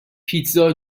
پیتزا